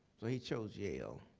so he chose yale.